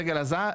סגל זהב,